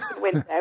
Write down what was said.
window